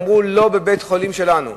אמרו: לא בבית-החולים שלנו.